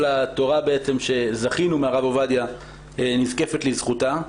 כל התורה שזכינו מהרב עובדיה נזקפת לזכותה.